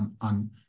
on